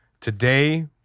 Today